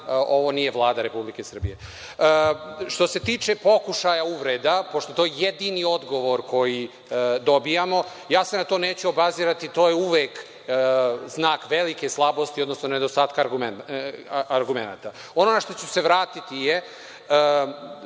ovo nije Vlada Republike Srbije. Što se tiče pokušaja uvreda, pošto je to jedini odgovor koji dobijamo, na to se neću obazirati, to je uvek znak velike slabosti, odnosno nedostatka argumenata. Ono na šta ću se vratiti je,